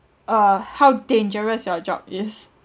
uh how dangerous your job is